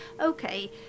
okay